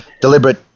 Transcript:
deliberate